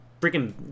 freaking